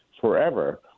forever